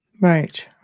Right